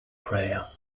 prayer